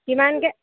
কিমানকৈ